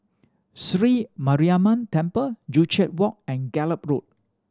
Sri Mariamman Temple Joo Chiat Walk and Gallop Road